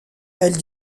elle